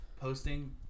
posting